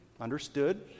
understood